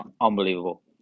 Unbelievable